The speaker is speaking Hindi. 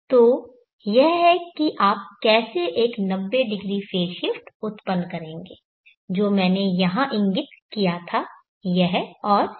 तो यह है कि आप कैसे एक 90° फेज़ शिफ्ट उत्पन्न करेंगे जो मैंने यहां इंगित किया था यह और यह